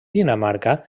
dinamarca